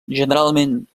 generalment